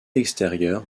extérieur